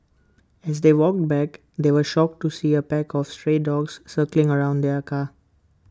as they walked back they were shocked to see A pack of stray dogs circling around their car